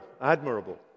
admirable